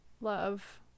love